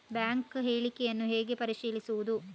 Bank ಹೇಳಿಕೆಯನ್ನು ಹೇಗೆ ಪರಿಶೀಲಿಸುವುದು?